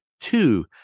two